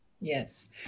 Yes